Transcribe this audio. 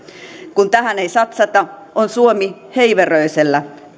kun tähän ei satsata on suomi heiveröisellä